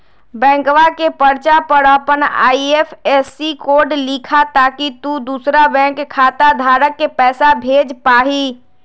बैंकवा के पर्चा पर अपन आई.एफ.एस.सी कोड लिखा ताकि तु दुसरा बैंक खाता धारक के पैसा भेज पा हीं